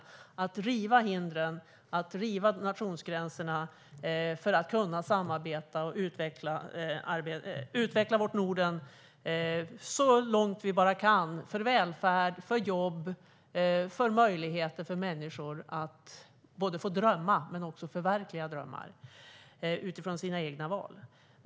Det handlar om att riva hindren och nationsgränserna för att kunna samarbeta och utveckla vårt Norden så långt vi bara kan, för välfärd, för jobb och för människors möjligheter att inte bara drömma utan även förverkliga drömmar utifrån sina egna val.